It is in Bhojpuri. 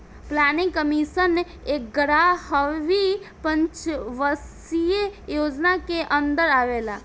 प्लानिंग कमीशन एग्यारहवी पंचवर्षीय योजना के अन्दर आवेला